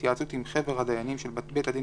בהתייעצות עם חבר הדיינים של בית הדין